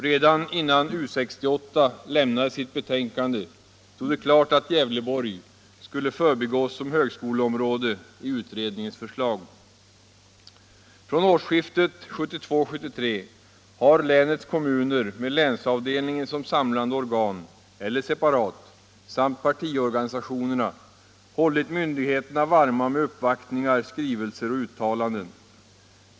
Redan innan U 68 lämnade sitt betänkande stod det klart att Gävleborg skulle förbigås som högskoleområde i utredningens förslag. Från årsskiftet 1972-1973 har länets kommuner med länsavdelningen som samlande organ eller separat samt partiorganisationerna hållit myndigheterna varma med uppvaktningar, skrivelser och uttalanden.